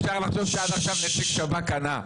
אפשר לחשוב שעד עכשיו נציג שב"כ ענה.